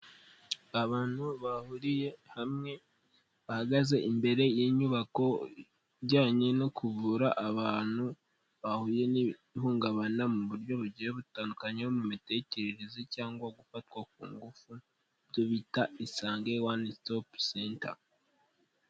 Abantu bahuriye hamwe bahagaze imbere y'inyubako ijyanye no kuvura abantu, bahuye n'ihungabana mu buryo bugiye butandukanye nko mu mitekerereze cyangwa gufatwa ku ngufu, icyo bita Isange one stop center.